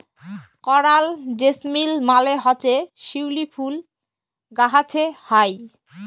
করাল জেসমিল মালে হছে শিউলি ফুল গাহাছে হ্যয়